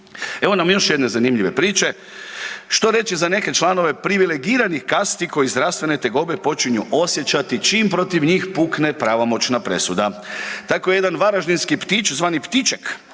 Evo nam još jedne zanimljive priče. Što reći za neke članove privilegiranih kasti koje zdravstvene tegobe počinju osjećati čim protiv njih pukne pravomoćna presuda. Tako jedan varaždinski ptić znani Ptiček